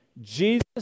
Jesus